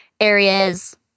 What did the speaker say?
areas